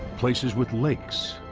places with lakes,